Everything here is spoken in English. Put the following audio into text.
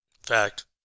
Fact